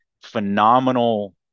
phenomenal